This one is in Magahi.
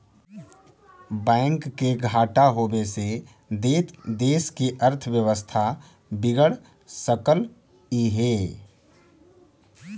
बैंक के घाटा होबे से देश के अर्थव्यवस्था बिगड़ सकलई हे